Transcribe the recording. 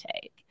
take